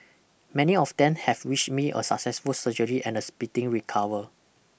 many of them have wished me a successful surgery and a speeding recover